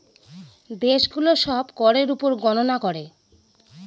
দেশে গুলো সব করের উপর গননা করে